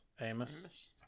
Amos